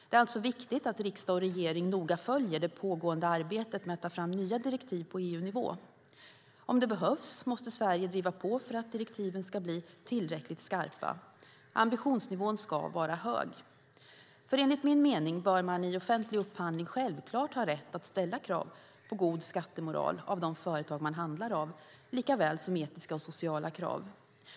Det är alltså viktigt att riksdag och regering noga följer det pågående arbetet med att ta fram nya direktiv på EU-nivå. Om det behövs måste Sverige driva på för att direktiven ska bli tillräckligt skarpa. Ambitionsnivån ska vara hög. Enligt min mening bör man i offentlig upphandling självklart ha rätt att ställa krav på god skattemoral av de företag man handlar av, lika väl som etiska och sociala krav.